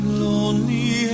lonely